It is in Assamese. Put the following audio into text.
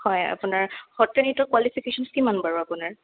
হয় আপোনাৰ সত্ৰীয়া নৃত্যৰ কোৱালিফিকেশ্যনছ কিমান বাৰু আপোনাৰ